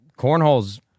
Cornhole's